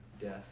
death